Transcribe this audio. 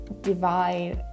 divide